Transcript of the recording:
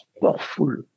powerful